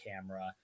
camera